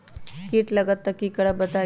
कीट लगत त क करब बताई?